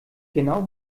genau